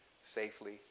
safely